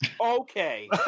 Okay